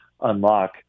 unlock